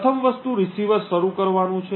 પ્રથમ વસ્તુ રીસીવર શરૂ કરવાનું છે